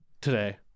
today